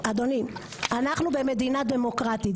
אדוני, אנחנו במדינה דמוקרטית.